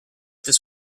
this